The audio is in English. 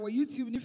YouTube